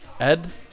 Ed